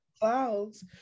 clouds